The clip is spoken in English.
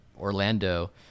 Orlando